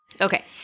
Okay